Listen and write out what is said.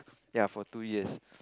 ya for two years